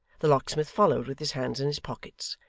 the locksmith followed with his hands in his pockets,